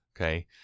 Okay